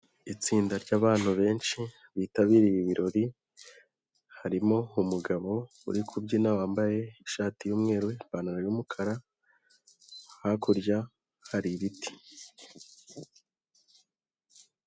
Itsinda ry'abantu benshi bitabiriye ibirori, harimo umugabo uri kubyina wambaye ishati y'umweru ipantaro y'umukara, hakurya hari ibiti.